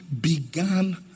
began